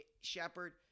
Shepard